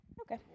Okay